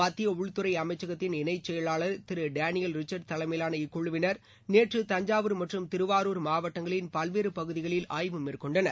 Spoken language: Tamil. மத்திய உள்துறை அமைச்சகத்தின் இணைச் செயலாளர் திரு டேனியர் ரிச்சர்ட் தலைமையிலான இக்குழுவினர் நேற்று தஞ்சாவூர் மற்றும் திருவாரூர் மாவட்டங்களின் பல்வேறு பகுதிகளில் ஆய்வு மேற்கொண்டனர்